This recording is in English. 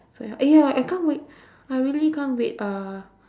so uh ya I can't wait I really can't wait uh